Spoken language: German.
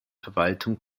verwaltung